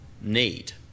need